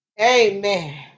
Amen